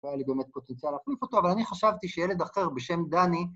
היה לי באמת פוטנציאל להחליף אותו, אבל אני חשבתי שילד אחר בשם דני...